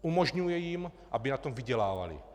Umožňuje jim, aby na tom vydělávali.